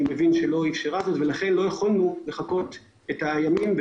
וכבר לא יכולנו לחכות את הימים.